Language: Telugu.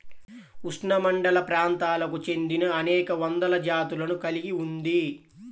ఉష్ణమండలప్రాంతాలకు చెందినఅనేక వందల జాతులను కలిగి ఉంది